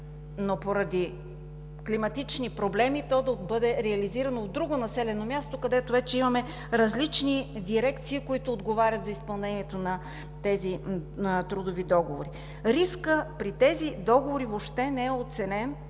но поради климатични проблеми то да бъде реализирано в друго населено място, където вече имаме различни дирекции, които отговарят за изпълнението на тези трудови договори. Рискът при тези договори въобще не е оценен